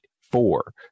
four